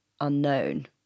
unknown